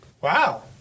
Wow